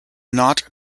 not